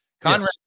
Conrad